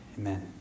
Amen